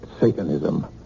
Satanism